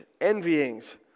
envyings